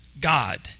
God